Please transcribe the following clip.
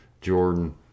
Jordan